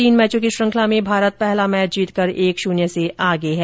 तीन मैचों की श्रृंखला में भारत पहला मैच जीतकर एक शून्य से आगे है